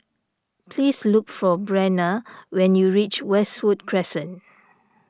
please look for Brenna when you reach Westwood Crescent